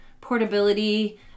Portability